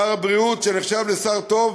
שר הבריאות, שנחשב לשר טוב,